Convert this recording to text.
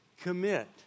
commit